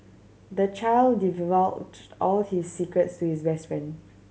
the child all his secrets to his best friend